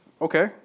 Okay